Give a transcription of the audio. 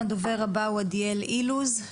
הדובר הבא הוא עדיאל אילוז,